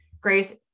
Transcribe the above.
grace